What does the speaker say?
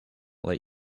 let